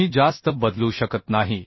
की तुम्ही जास्त बदलू शकत नाही